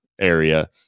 area